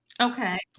Okay